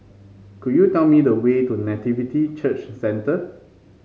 could you tell me the way to Nativity Church Centre